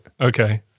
Okay